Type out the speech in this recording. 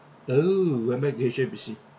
oh went back to H_S_B_C